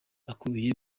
akubiye